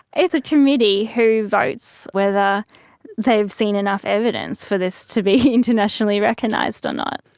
it's a committee who votes whether they've seen enough evidence for this to be internationally recognised or not.